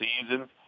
season